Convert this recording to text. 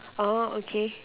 oh okay